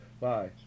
Bye